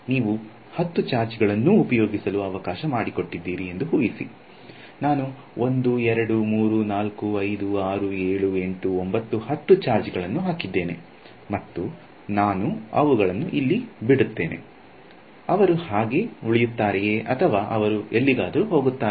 ನೀವು 10 ಚಾರ್ಜ್ ಗಳನ್ನೂ ಉಪಯೋಗಿಸಲು ಅವಕಾಶ ಮಾಡಿಕೊಟ್ಟಿದ್ದೀರಿ ಎಂದು ಊಹಿಸಿ ನಾನು 1 2 3 4 5 6 7 8 9 10 ಚಾರ್ಜ್ ಗಳನ್ನು ಹಾಕಿದ್ದೇನೆ ಮತ್ತು ನಾನು ಅವುಗಳನ್ನು ಇಲ್ಲಿ ಬಿಡುತ್ತೇನೆ ಅವರು ಹಾಗೆ ಉಳಿಯುತ್ತಾರೆಯೇ ಅಥವಾ ಅವರು ಎಲ್ಲಿಗಾದರು ಹೋಗುತ್ತಾರ